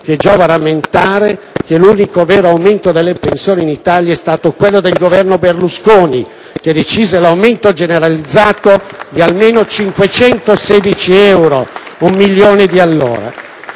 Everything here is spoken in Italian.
mese. Giova rammentare che l'unico, vero aumento delle pensioni in Italia è stato realizzato dal Governo Berlusconi, che decise l'aumento generalizzato ad almeno 516 euro al mese (1 milione di allora).